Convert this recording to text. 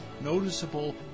noticeable